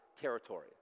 territory